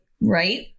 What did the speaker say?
right